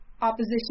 Opposition